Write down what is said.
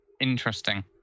Interesting